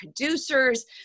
producers